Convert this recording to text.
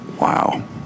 Wow